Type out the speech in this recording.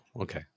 okay